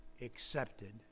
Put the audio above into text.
accepted